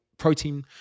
protein